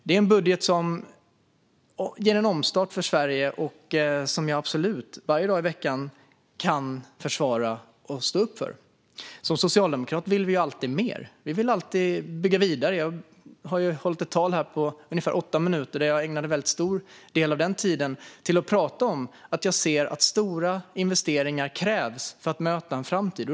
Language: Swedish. Det är en budget som ger en omstart för Sverige och som jag absolut, varje dag i veckan, kan försvara och stå upp för. Som socialdemokrater vill vi alltid mer. Vi vill alltid bygga vidare. Jag har hållit ett anförande här på ungefär åtta minuter, och jag ägnade en stor del av den tiden åt att prata om att jag ser att stora investeringar krävs för att möta en framtid.